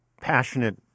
passionate